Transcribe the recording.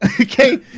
Okay